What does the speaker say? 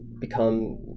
become